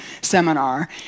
seminar